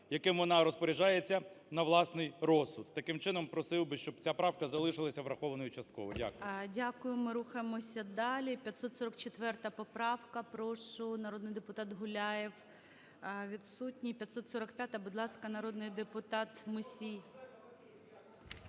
яким вона розпоряджається на власний розсуд. Таким чином, просив би, щоб ця правка залишилася врахована частково. Дякую.